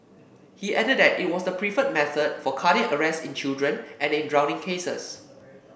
he added that it was the preferred method for cardiac arrest in children and in drowning cases